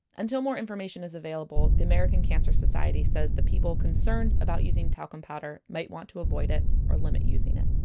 until more information is available, the american cancer society says that people concerned about using talcum powder might want to avoid it or limit using it